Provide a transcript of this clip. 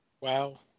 Wow